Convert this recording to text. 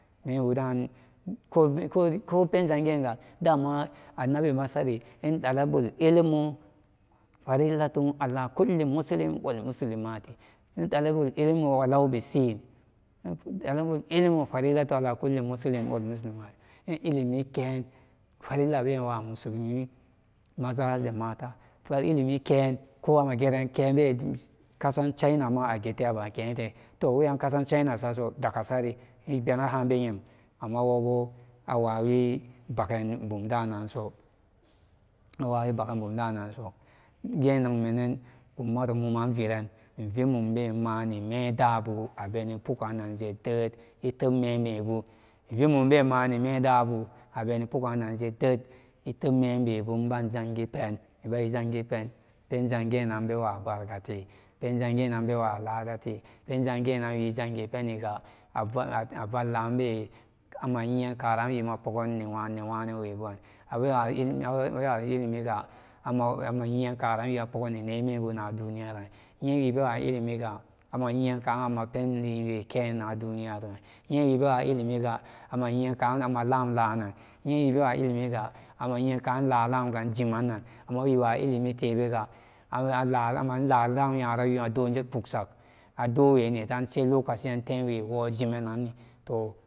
Mewodan kore kepen zangega dama annabima sari yen dalabul ilimu firillatun alakalli muslimin wa muslimu firillatun ala kulli muslimun wamuslima in ilimi ken ko amma jeren kebe kasan chaina agete a ba kete toh weyan kasan chaina saso dakka sari ibena háá beyem ammawo bo awo wawin baken bumdanso awawi bakan bumda nanso genagmenen ikumaro muman viren mani mendaba abeni pogam jeded itub memebu invidmumbe mendabu abene pooganje ded inbanjangipen penjangi nan bewa barkate penjanginan bewa lada to penjanginan wijangi peniga avallabe ammayinan karan wima pogani newanen we buran abewa abewa abewa ilimiga ama amayi yankama poogani nemembu ne duniyaran inyewibewa ilimiga amayiyan kamapen iliwekena duniyaroran iye wibewa ilimi ga amayiyan kan malam lanan iye wibewa ilimiga amayiyan kan ilalalanga ima jimannannan amma wiwa ilimitebega ilalamyara wima doje kpogsag adowenitan sai lokaciyan temwewo jim annanni to ivid mum.